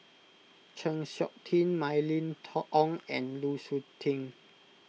Chng Seok Tin Mylene Ong and Lu Suitin